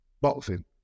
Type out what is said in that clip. Boxing